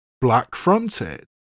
black-fronted